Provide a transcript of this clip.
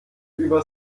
über